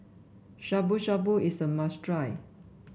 Shabu Shabu is a must try